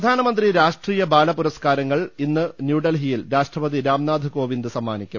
പ്രധാനമന്തി രാഷ്ട്രീയ ബാല പുരസ്കാരങ്ങൾ ഇന്ന് ന്യൂഡൽഹിയിൽ രാഷ്ട്രപതി രാംനാഥ് കോവിന്ദ് സമ്മാനിക്കും